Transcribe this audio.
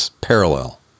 parallel